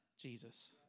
Jesus